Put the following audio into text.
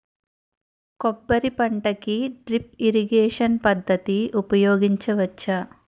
కొబ్బరి పంట కి డ్రిప్ ఇరిగేషన్ పద్ధతి ఉపయగించవచ్చా?